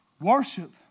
Worship